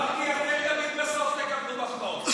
מרגי, אתם תמיד בסוף תקבלו מחמאות,